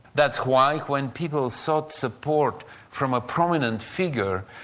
that's why when people sought support from a prominent figure,